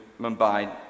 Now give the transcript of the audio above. Mumbai